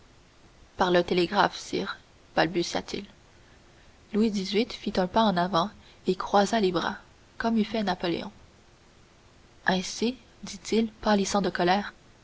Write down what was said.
par le télégraphe sire balbutia-t-il louis xviii fait un pas en avant et croisa les bras comme eût fait napoléon ainsi dit-il pâlissant de colère